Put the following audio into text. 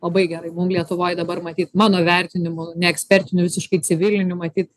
labai gerai mum lietuvoj dabar matyt mano vertinimu ne ekspertinių visiškai civilinių matyt